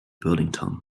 burlington